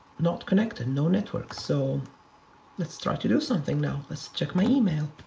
not connected, no networks, so let's try to do something now. let's check my e-mail.